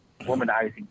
Womanizing